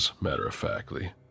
matter-of-factly